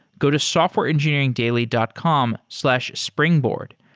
go to softwareengineeringdaily dot com slash springboard.